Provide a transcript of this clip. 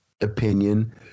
opinion